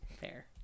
fair